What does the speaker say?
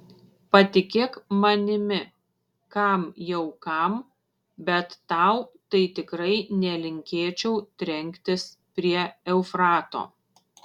patikėk manimi kam jau kam bet tau tai tikrai nelinkėčiau trenktis prie eufrato